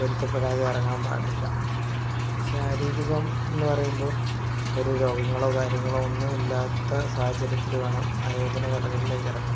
പൊരുത്തപ്പെടാതെ ഇറങ്ങാൻ പാടില്ല ശാരീരികം എന്ന് പറയുമ്പോൾ ഒരു രോഗങ്ങളോ കാര്യങ്ങളോ ഒന്നും ഇല്ലാത്ത സാഹചര്യത്തിൽ വേണം ആയോധന കലകളിലേക്ക് ഇറങ്ങാൻ